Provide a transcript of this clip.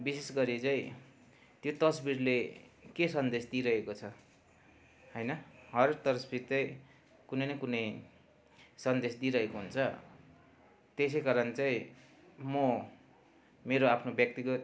विशेष गरी चाहिँ त्यो तस्बिरले के सन्देश दिइरहेको छ होइन हर तस्बिर चाहिँ कुनै न कुनै सन्देश दिइरहेको हुन्छ त्यसै कारण चाहिँ म मेरो आफ्नो व्यक्तिगत